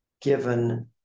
given